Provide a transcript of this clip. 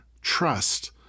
trust